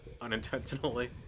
unintentionally